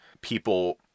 People